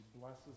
blesses